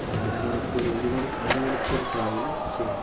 ഒര് അര മണിക്കൂറ് ഒര് അര മണിക്കൂറ് ട്രാവല് ചെയ്യണം